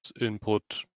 input